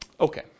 Okay